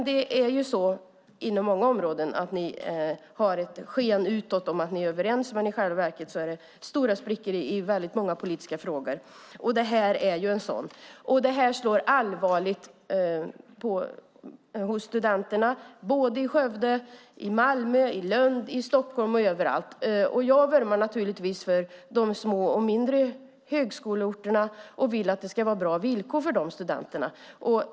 Det är ju så inom många områden att ni har ett sken utåt av att ni är överens, men i själva verket är det stora sprickor i väldigt många politiska frågor. Det här är ju en sådan. Det här slår allvarligt mot studenterna i Skövde, i Malmö, i Lund, i Stockholm och överallt. Jag vurmar naturligtvis för de små högskoleorterna och vill att det ska vara bra villkor för de studenterna.